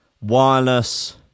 wireless